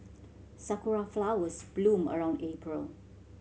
sakura flowers bloom around April